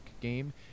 game